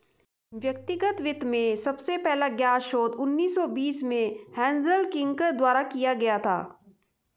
व्यक्तिगत वित्त में सबसे पहला ज्ञात शोध उन्नीस सौ बीस में हेज़ल किर्क द्वारा किया गया था